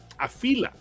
Afila